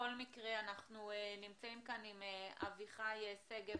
אנחנו נמצאים כאן עם אביחי שגב